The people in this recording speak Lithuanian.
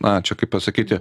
na čia kaip pasakyti